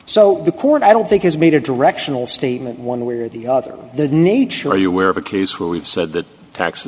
so the court i don't think has made a directional statement one way or the other the nature you wear of a case where we've said that tax